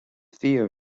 fíor